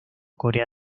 corea